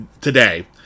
today